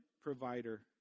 provider